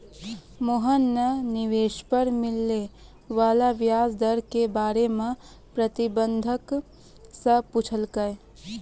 मोहन न निवेश पर मिले वाला व्याज दर के बारे म प्रबंधक स पूछलकै